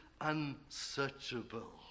unsearchable